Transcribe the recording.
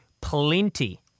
Plenty